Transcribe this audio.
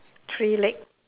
three leg